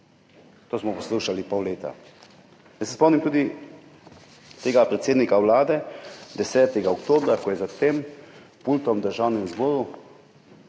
To smo poslušali pol leta. Jaz se spomnim tudi predsednika Vlade 10. oktobra, ko je za tem pultom v Državnem zboru